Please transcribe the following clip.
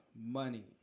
money